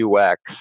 ux